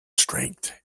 strength